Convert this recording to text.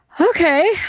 Okay